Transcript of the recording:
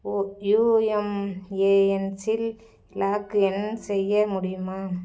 ஒயுஎம்எஎன்சில் login செய்ய முடியுமா